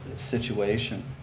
situation.